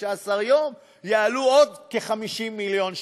15 יום יעלו עוד כ-50 מיליון שקלים.